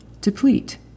deplete